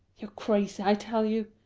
you're crazy, i tell you!